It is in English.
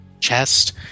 chest